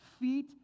Feet